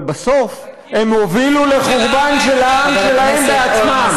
אבל בסוף הם הובילו לחורבן של העם שלהם בעצמם.